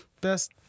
Best